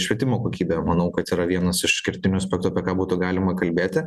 švietimo kokybė manau kad yra vienas iš kritinių aspektų apie ką būtų galima kalbėti